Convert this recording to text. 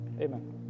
Amen